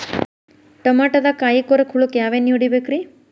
ಟಮಾಟೊದಾಗ ಕಾಯಿಕೊರಕ ಹುಳಕ್ಕ ಯಾವ ಎಣ್ಣಿ ಹೊಡಿಬೇಕ್ರೇ?